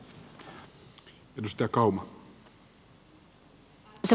arvoisa puhemies